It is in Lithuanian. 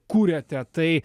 kūrėte tai